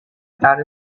about